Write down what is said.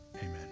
amen